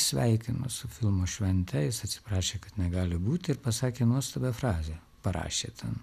sveikino su filmo švente jis atsiprašė kad negali būti ir pasakė nuostabią frazę parašė ten